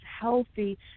healthy